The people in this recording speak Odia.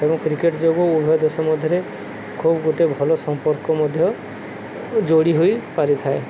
ଏବଂ କ୍ରିକେଟ୍ ଯୋଗୁଁ ଉଭୟ ଦେଶ ମଧ୍ୟରେ ଖୁବ୍ ଗୋଟେ ଭଲ ସମ୍ପର୍କ ମଧ୍ୟ ଯୋଡ଼ି ହୋଇ ପାରିଥାଏ